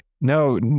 No